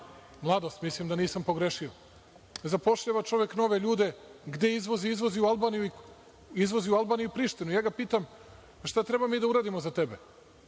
Mislim da nisam pogrešio „Mladost“. Zapošljava čovek nove ljude. Gde izvozi? Izvozi u Albaniju i Prištinu. Ja ga pitam, šta treba mi da uradimo za tebe,